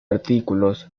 artículos